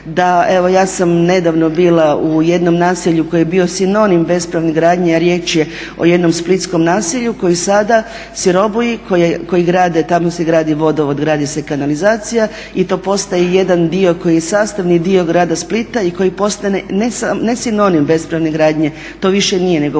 Evo ja sam nedavno bila u jednom naselju koje je bilo sinonim bespravne gradnje a riječ je o jednom splitskom naselju koji sada, Sirobuja koji grade, tamo se gradi vodovod, gradi se kanalizacija i to postaje jedan dio koji je sastavni dio grada Splita i koji postaje ne samo sinonim bespravne gradnje, to više nije nego potaje